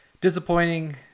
Disappointing